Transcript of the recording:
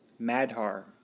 Madhar